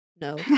No